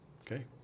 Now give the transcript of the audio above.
Okay